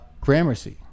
Gramercy